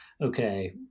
okay